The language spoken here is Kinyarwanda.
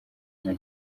nta